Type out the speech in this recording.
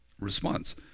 response